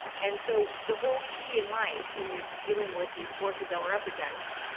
and so the whole key in life when you're dealing with these forces that we're up against,